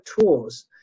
tools